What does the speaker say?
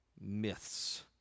Myths